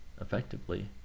effectively